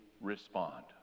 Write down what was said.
respond